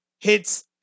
hits